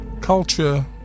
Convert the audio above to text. Culture